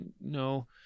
no